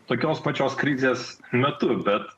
tokios pačios krizės metu bet